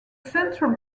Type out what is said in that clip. central